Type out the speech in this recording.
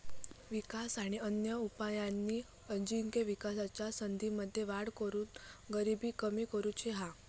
विकास आणि अन्य उपायांनी आजिविकेच्या संधींमध्ये वाढ करून गरिबी कमी करुची हा